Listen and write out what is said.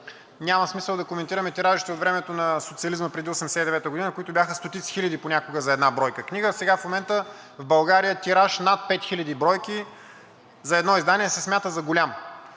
Няма смисъл да коментираме тиражите от времето на социализма – преди 1989 г., които бяха стотици хиляди понякога за една бройка книга. А в момента в България тираж над 5000 бройки за едно издание се смята за голям.